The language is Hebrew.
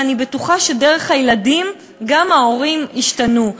ואני בטוחה שדרך הילדים גם ההורים ישתנו.